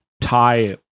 Tie